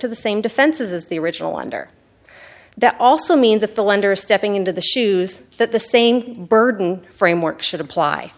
to the same defenses as the original lender that also means if the lender is stepping into the shoes that the same burden framework should apply